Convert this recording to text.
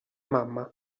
mamma